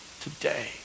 today